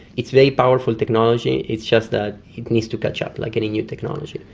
it's very powerful technology, it's just that it needs to catch up, like any new technology.